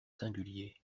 singuliers